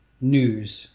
news